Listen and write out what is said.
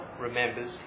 remembers